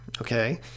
okay